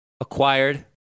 acquired